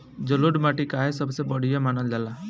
जलोड़ माटी काहे सबसे बढ़िया मानल जाला?